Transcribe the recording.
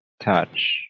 touch